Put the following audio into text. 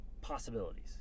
possibilities